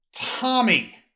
Tommy